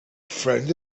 friend